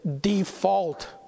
default